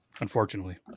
unfortunately